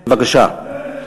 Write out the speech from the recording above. בבקשה.